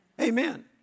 Amen